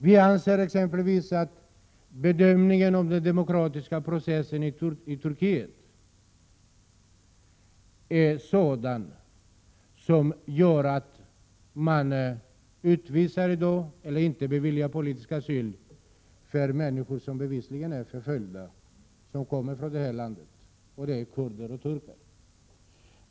Vi anser exempelvis att regeringens bedömning av den demokratiska processen i Turkiet leder till att man inte beviljar politisk asyl för människor som bevisligen är förföljda i detta land, kurder och turkar.